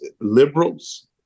liberals